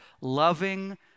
loving